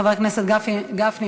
חבר הכנסת גפני,